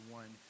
one